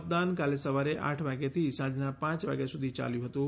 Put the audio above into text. મતદાન કાલે સવારે આઠ વાગ્યાથી સાંજના પાંચ વાગ્યા સુધી ચાલ્યું હતું